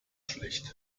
schlecht